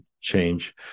change